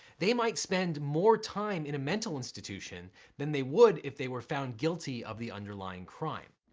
they might spend more time in a mental institution then they would if they were found guilty of the underlining crime.